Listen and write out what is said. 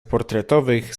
portretowych